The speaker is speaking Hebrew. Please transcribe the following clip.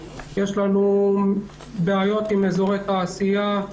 יש לנו בעיות עם אזורי תעשייה,